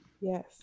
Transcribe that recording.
Yes